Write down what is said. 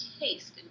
taste